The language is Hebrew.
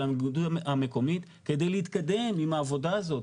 המנהיגות המקומית כדי להתקדם עם העבודה הזאת.